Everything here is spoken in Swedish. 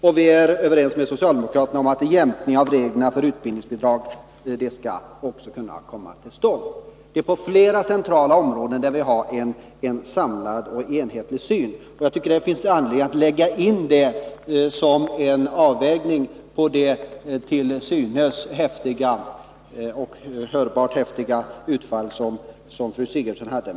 Och vi är överens med socialdemokraterna om att en jämkning av reglerna för utbildningsbidrag skall kunna komma till stånd. På flera centrala områden har vi en samlad och enhetlig syn. Jag tycker att det finns anledning att lägga in detta som en avvägning mot de hörbart häftiga utfall mot utskottet som Gertrud Sigurdsen här gjorde.